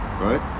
right